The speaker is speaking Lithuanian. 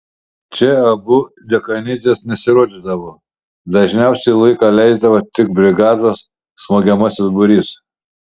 čia abu dekanidzės nesirodydavo dažniausiai laiką leisdavo tik brigados smogiamasis būrys